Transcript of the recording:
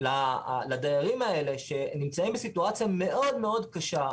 לדיירים האלה שנמצאים בסיטואציה מאוד קשה,